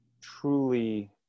truly